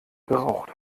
geraucht